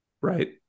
right